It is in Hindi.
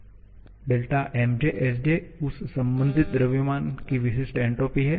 𝛿𝑚𝑗𝑠𝑗 उस संबंधित द्रव्यमान की विशिष्ट एन्ट्रॉपी है